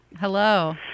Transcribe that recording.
Hello